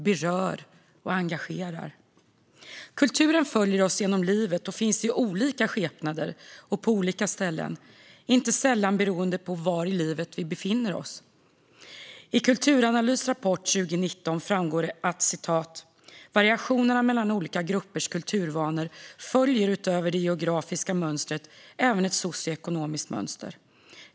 Det berör och engagerar. Kulturen följer oss genom livet och finns i olika skepnader och på olika ställen, inte sällan beroende på var i livet vi befinner oss. I Kulturanalys rapport 2019 står följande: "Variationerna mellan olika gruppers kulturvanor följer utöver det geografiska mönstret även ett socioekonomiskt mönster.